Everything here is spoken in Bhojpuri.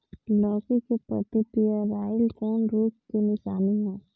लौकी के पत्ति पियराईल कौन रोग के निशानि ह?